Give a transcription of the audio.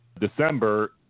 December